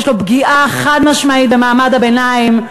יש בו פגיעה חד-משמעית במעמד הביניים,